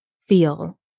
feel